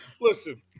Listen